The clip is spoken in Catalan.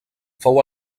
fou